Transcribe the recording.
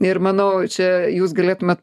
ir manau čia jūs galėtumėt